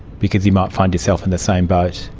because you might find yourself in the same boat,